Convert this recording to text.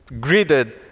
greeted